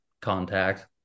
contact